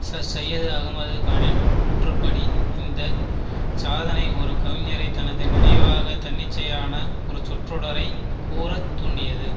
sir Syed Ahmad கானின் கூற்றுப்படி இந்த சாதனை ஒரு கவிஞரைத் தனது நினைவாக தன்னிச்சையான ஒரு சொற்றொடரைக் கூற தூண்டியது